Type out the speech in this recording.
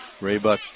Raybuck